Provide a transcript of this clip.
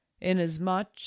inasmuch